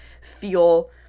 feel